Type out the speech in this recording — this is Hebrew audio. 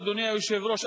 אדוני היושב-ראש,